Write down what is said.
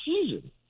season